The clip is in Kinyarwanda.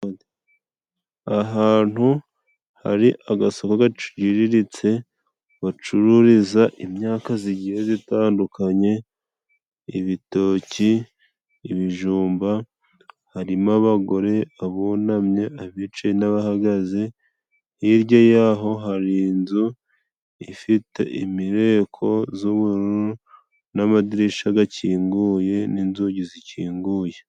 Ahantu hari agasoko gaciriritse, bacururiza imyaka zigiye zitandukanye, ibitoki, ibijumba harimo abagore bunamye, abicaye n'abahagaze. Hirya yaho hari inzu ifite imireko z'ubururu n'amadirisha gakinguye n'inzugi zikinguye.